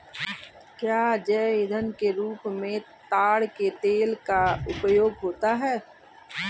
क्या जैव ईंधन के रूप में ताड़ के तेल का उपयोग होता है?